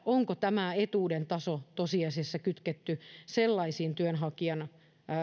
onko tämä etuuden taso tosiasiassa kytketty sellaisiin työnhakijan